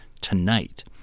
tonight